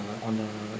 on a